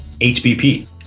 HBP